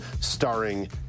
starring